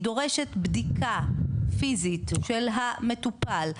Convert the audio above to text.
היא דורשת בדיקה פיזית של המטופל,